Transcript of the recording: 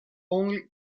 only